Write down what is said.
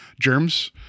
germs